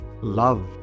love